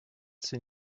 sie